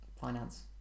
Finance